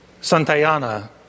Santayana